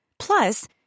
Plus